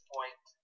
Point